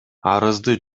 арызды